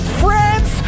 friends